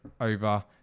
over